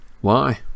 Why